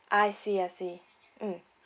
I see I see mm